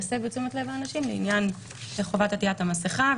יסבו את תשומת לב האנשים לעניין חובת עטיית המסכה.